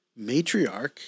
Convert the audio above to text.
matriarch